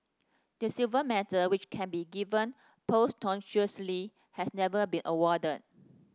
the silver medal which can be given posthumously has never been awarded